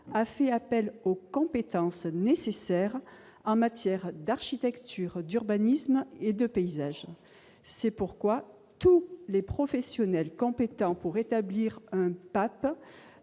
a fait appel aux compétences nécessaires en matière d'architecture, d'urbanisme et de paysage. C'est pourquoi tous les professionnels compétents pour établir un